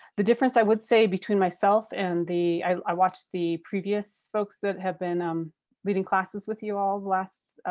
the difference i would say between myself and the i watched the previous folks that have been um leading classes with you all the last,